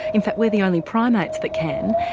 in fact we're the only primates that can,